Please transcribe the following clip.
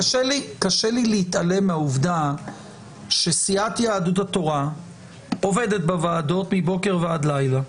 קשה לי להתעלם מהעובדה שסיעת יהדות התורה עובדת בוועדות מבוקר ועד לילה,